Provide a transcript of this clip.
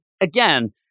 again